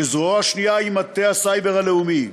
וזרועו השנייה היא מטה הסייבר הלאומי.